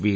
V